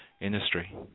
industry